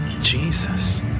Jesus